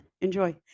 Enjoy